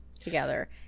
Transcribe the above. together